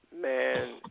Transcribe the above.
Man